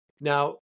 now